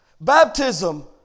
baptism